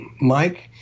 Mike